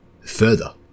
further